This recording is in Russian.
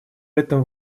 этом